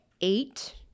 eight